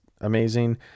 amazing